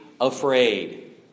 afraid